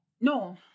No